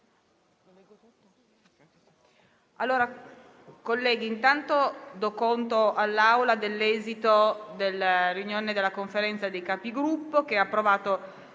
grazie.